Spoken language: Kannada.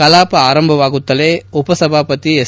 ಕಲಾಪ ಆರಂಭವಾಗುತ್ತಲೇ ಉಪ ಸಭಾಪತಿ ಎಸ್